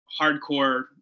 hardcore